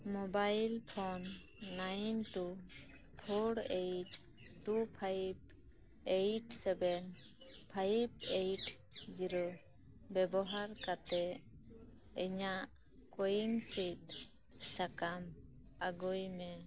mobile phone nine two four eight two five eight seven five eight zero ᱵᱮᱵᱚᱦᱟᱨ ᱠᱟᱛᱮᱫ ᱤᱧᱟᱜ ᱠᱳᱼᱩᱭᱤᱱ ᱥᱤᱫ ᱥᱟᱠᱟᱢ ᱟᱹᱜᱩᱭ ᱢᱮ